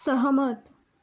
सहमत